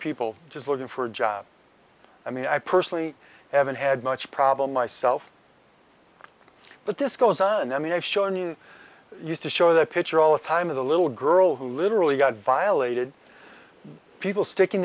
people just looking for a job i mean i personally haven't had much problem myself but this goes on i mean i've shown you used to show the picture all the time of the little girl who literally got violated people sticking